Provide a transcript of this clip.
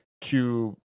Cube